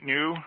New